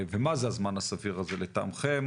ומה זה הזמן הסביר הזה לטעמכם?